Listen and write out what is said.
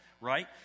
right